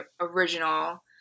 original